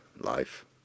life